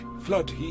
Flood